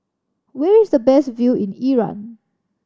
where is the best view in Iran